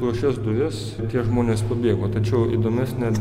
pro šias duris tie žmonės pabėgo tačiau įdomesnė